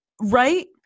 right